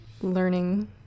learning